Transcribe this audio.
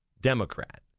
Democrat